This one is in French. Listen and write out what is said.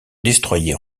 destroyer